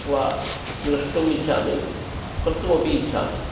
वा द्रष्टुम् इच्छामि कर्तुमपि इच्छामि